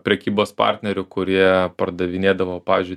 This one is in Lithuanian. prekybos partnerių kurie pardavinėdavo pavyzdžiui